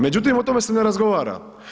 Međutim, o tome se ne razgovara.